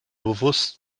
bewusst